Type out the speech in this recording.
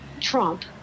Trump